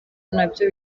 nabyo